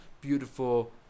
beautiful